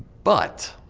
but.